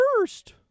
first